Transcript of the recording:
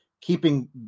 keeping